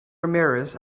ramirez